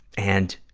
and